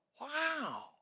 wow